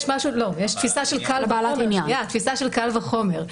יש תפיסה של קל וחומר.